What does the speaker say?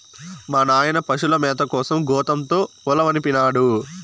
మా నాయన పశుల మేత కోసం గోతంతో ఉలవనిపినాడు